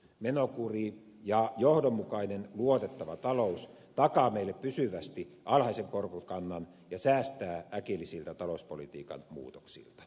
menokuri ja johdonmukainen luotettava talous takaa meille pysyvästi alhaisen korkokannan ja säästää äkillisistä talouspolitiikan muutoksilta